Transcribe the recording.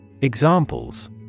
Examples